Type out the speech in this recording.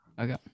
okay